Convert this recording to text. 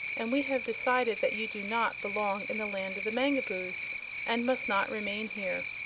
and we have decided that you do not belong in the land of the mangaboos and must not remain here.